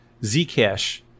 Zcash